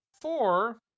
four